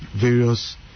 various